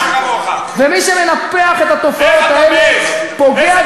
ומי שמנפח את התופעות האלה פוגע,